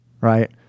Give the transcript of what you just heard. right